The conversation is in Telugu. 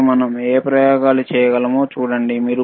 మరియు మనం ఏ ప్రయోగాలు చేయగలమో చూడండి